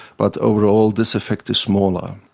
but overall this effect is smaller.